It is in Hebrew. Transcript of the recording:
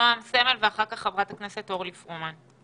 נעם סמל ואחר כך חברת הכנסת אורלי פרומן.